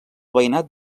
veïnat